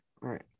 right